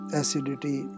acidity